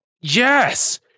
Yes